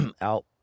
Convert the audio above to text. out